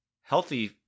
healthy